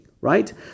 right